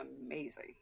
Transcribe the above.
amazing